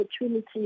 opportunity